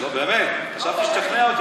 לא באמת, חשבתי שתשכנע אותי.